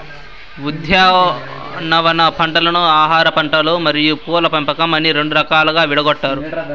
ఉద్యానవన పంటలను ఆహారపంటలు మరియు పూల పంపకం అని రెండు రకాలుగా విడగొట్టారు